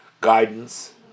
guidance